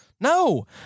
no